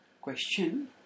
Question